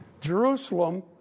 Jerusalem